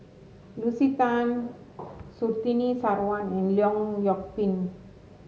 Lucy Tan Surtini Sarwan and Leong Yoon Pin